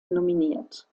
nominiert